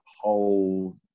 whole